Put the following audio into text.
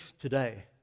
today